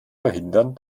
verhindern